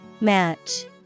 Match